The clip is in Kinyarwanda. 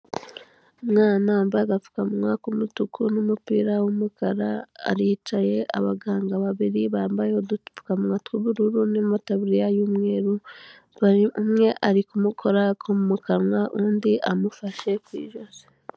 Umwana wambaye agapfukanwa k'umutuku, n'umupira w'umukara, aricaye abaganga babiri bambaye udupfukamwa tw'ubururu, n'amatabririya y'umweru, umwe ari kumukora mu kanwa undi amufashe ku ijosi.